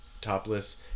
topless